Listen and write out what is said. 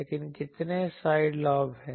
लेकिन कितने side lobe हैं